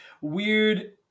weird